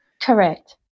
Correct